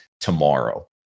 tomorrow